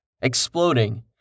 exploding